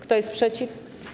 Kto jest przeciw?